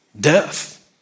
death